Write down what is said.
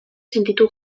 sentitu